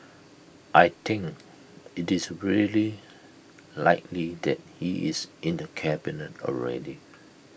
I think IT is very likely that he is in the cabinet already